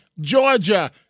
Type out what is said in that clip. Georgia